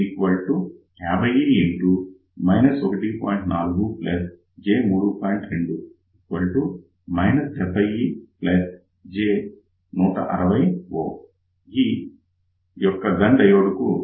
ఈ యొక్క gun diode కు ఇది out అవుతుంది